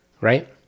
right